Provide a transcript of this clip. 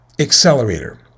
Accelerator